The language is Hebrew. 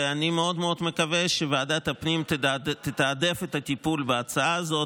ואני מאוד מאוד מקווה שוועדת הפנים תתעדף את הטיפול בהצעה הזאת.